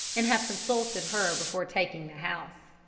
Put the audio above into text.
and have consulted her before taking the house.